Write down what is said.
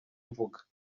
mvuga